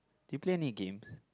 you play any games